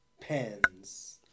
Pens